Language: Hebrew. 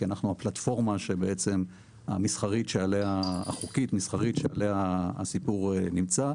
כי אנחנו הפלטפורמה החוקית מסחרית שעליה הסיפור נמצא.